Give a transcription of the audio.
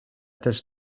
też